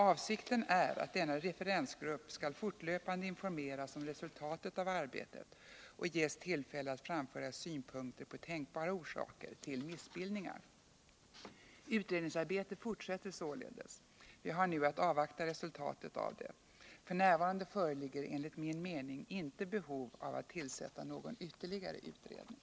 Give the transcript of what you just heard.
Avsikten” är att denna referensgrupp skall fortlöpande informeras om resultaten av arbetet och ges tillfälle att framföra synpunkter på tänkbara orsaker till missbildningar. Utredningsarbetet fortsätter således. Vi har nu att avvakta resultatet av det. F. n. föreligger enligt min mening inte behov att tillsätta någon ytterligare utredning.